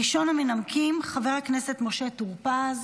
ראשון המנמקים, חבר הכנסת משה טורפז,